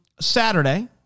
Saturday